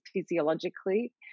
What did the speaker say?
physiologically